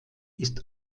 ist